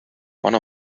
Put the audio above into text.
one